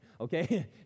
Okay